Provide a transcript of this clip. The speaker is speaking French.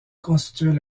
constituaient